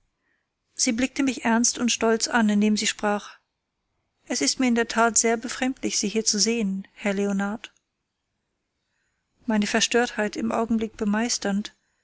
sie blickte mich ernst und stolz an indem sie sprach es ist mir in der tat sehr befremdlich sie hier zu sehen herr leonard meine verstörtheit im augenblick bemeisternd